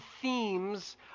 themes